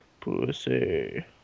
Pussy